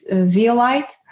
zeolite